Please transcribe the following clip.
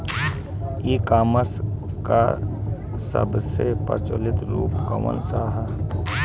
ई कॉमर्स क सबसे प्रचलित रूप कवन सा ह?